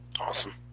Awesome